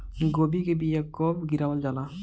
गोभी के बीया कब गिरावल जाला?